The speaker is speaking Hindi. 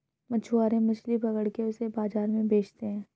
मछुआरे मछली पकड़ के उसे बाजार में बेचते है